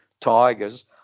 Tigers